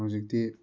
ꯍꯧꯖꯤꯛꯇꯤ